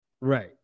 Right